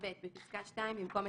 במקום "ממנפיק"